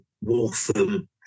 waltham